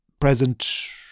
present